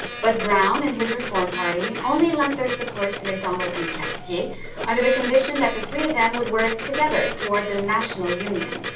but brown, and his reform party, only lent their support to macdonald and cartier yeah under the condition that the three of them would work together towards a national union.